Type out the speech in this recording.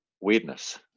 weirdness